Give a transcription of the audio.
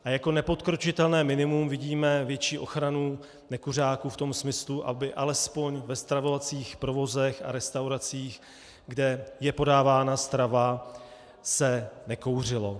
A jako nepodkročitelné minimum vidíme větší ochranu nekuřáků v tom smyslu, aby alespoň ve stravovacích provozech a restauracích, kde je podávána strava, se nekouřilo.